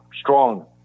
strong